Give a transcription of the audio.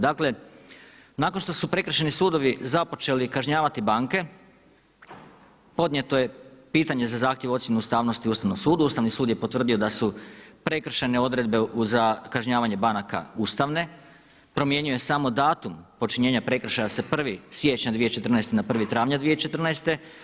Dakle nakon što su prekršajni sudovi započeli kažnjavati banke podnijeto je pitanje za zahtjevom ocjene ustavnosti Ustavnom sudu, Ustavni sud je potvrdio da su prekršajne odredbe za kažnjavanje banaka ustavne, promijenio je samo datum počinjenja prekršaja sa 1. siječnja 2014. na 1. travnja 2014.